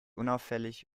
unauffällig